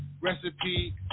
Recipe